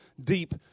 deep